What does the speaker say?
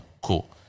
Cool